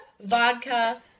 vodka